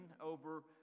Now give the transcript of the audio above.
over